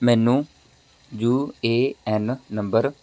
ਮੈਨੂੰ U A N number